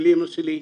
הוא אמר לאמא שלי,